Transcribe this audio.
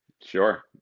Sure